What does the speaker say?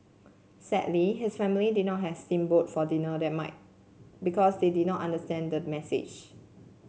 sadly his family did not have steam boat for dinner that might because they did not understand the message